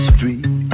Street